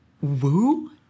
Woo